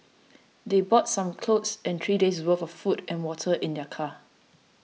they brought some clothes and three days worth of food and water in their car